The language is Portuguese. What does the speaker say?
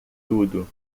tudo